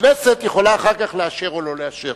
הכנסת יכולה אחר כך לאשר או לא לאשר.